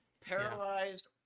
paralyzed